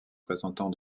présentant